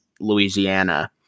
Louisiana